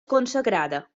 consagrada